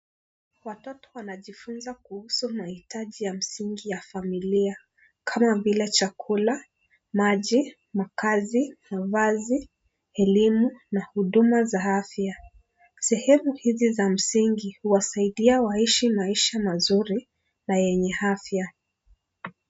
Watoto wanajifunza kuhusu mahitaji ya msingi ya familia kama vile chakula, maji ,mavazi, elimu na huduma za afya . Sehemu hizi za msingi huwasaidia waishi maisha mazuri na yenye afya.